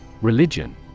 Religion